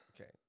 okay